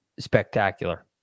spectacular